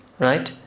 Right